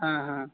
हाँ हाँ